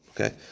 Okay